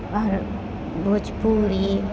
आओर भोजपुरी